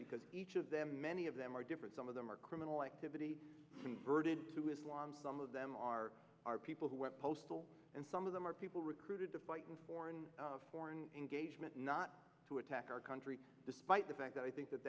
because each of them many of them are different some of them are criminal activity converted to islam some of them are are people who went postal and some of them are people recruited to fight in foreign foreign engagement not to attack our country despite the fact that i think that